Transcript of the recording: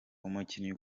umukinnyi